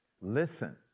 Listen